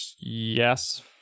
yes